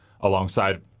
alongside